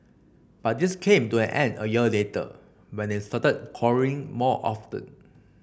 but this came to an end a year later when they started quarrelling more often